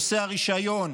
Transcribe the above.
נושא הרישיון,